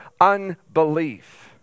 unbelief